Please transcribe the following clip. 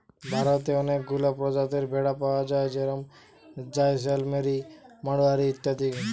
ভারতে অনেকগুলা প্রজাতির ভেড়া পায়া যায় যেরম জাইসেলমেরি, মাড়োয়ারি ইত্যাদি